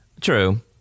true